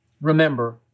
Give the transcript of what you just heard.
remember